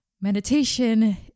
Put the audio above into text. Meditation